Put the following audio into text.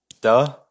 Duh